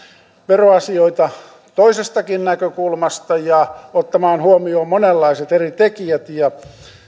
veroasioita toisestakin näkökulmasta ja ottamaan huomioon monenlaiset eri tekijät ja